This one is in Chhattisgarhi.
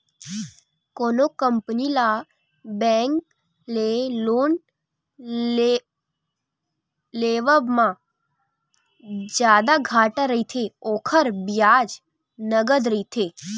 कोनो कंपनी ल बेंक ले लोन लेवब म जादा घाटा रहिथे, ओखर बियाज नँगत रहिथे